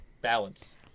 Balance